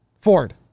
Ford